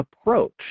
approach